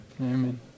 Amen